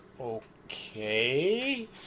okay